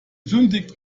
sündigt